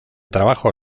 trabajo